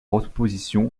opposition